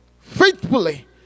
faithfully